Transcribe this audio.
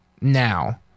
now